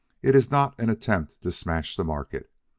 it is not an attempt to smash the market.